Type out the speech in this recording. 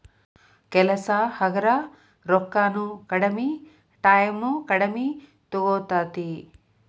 ಕೆಲಸಾ ಹಗರ ರೊಕ್ಕಾನು ಕಡಮಿ ಟಾಯಮು ಕಡಮಿ ತುಗೊತತಿ